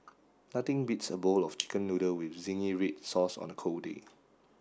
nothing beats a bowl of chicken noodle with zingy red sauce on a cold day